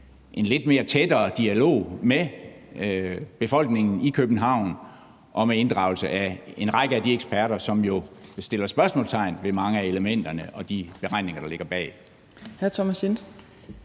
en lidt tættere dialog med befolkningen i København om inddragelse af en række af de eksperter, som jo sætter spørgsmålstegn ved mange af elementerne og de beregninger, der ligger bag.